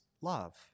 love